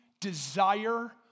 desire